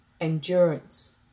endurance